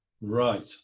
Right